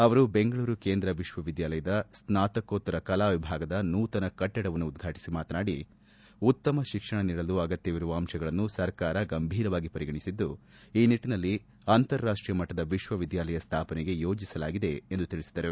ಅವರು ಬೆಂಗಳೂರು ಕೇಂದ್ರ ವಿಶ್ವವಿದ್ದಾಲಯದ ಸ್ನಾತಕೋತ್ತರ ಕಲಾ ವಿಭಾಗದ ನೂತನ ಕಟ್ಟಡವನ್ನು ಉದ್ವಾಟಿಸಿ ಮಾತನಾಡಿ ಉತ್ತಮ ಶಿಕ್ಷಣ ನೀಡಲು ಅಗತ್ಯವಿರುವ ಅಂಶಗಳನ್ನು ಸರ್ಕಾರ ಗಂಭಿರವಾಗಿ ಪರಿಗಣಿಸಿದ್ದು ಈ ನಿಟ್ಟನಲ್ಲಿ ಅಂತಾರಾಷ್ಟೀಯ ಮಟ್ಟದ ವಿಶ್ವವಿದ್ಯಾಲಯ ಸ್ಟಾಪನೆಗೆ ಯೋಜಿಸಲಾಗಿದೆ ಎಂದು ತಿಳಿಸಿದರು